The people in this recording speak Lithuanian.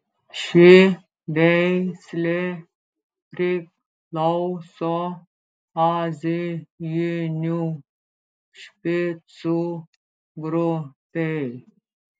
ši veislė priklauso azijinių špicų grupei